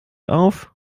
auf